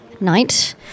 night